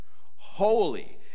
holy